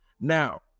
Now